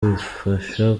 bifasha